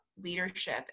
leadership